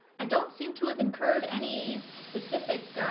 i don't seem to have incurred any specific